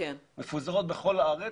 מפוזרות בכל הארץ.